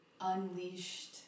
unleashed